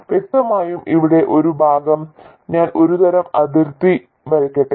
വ്യക്തമായും ഇവിടെ ഈ ഭാഗം ഞാൻ ഒരുതരം അതിർത്തി വരയ്ക്കട്ടെ